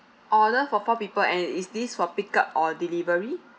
order four people and is this for pick up or delivery